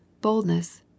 Boldness